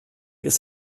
ist